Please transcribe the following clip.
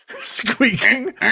Squeaking